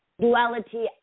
duality